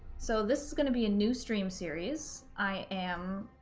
so this is gonna be a new stream series, i am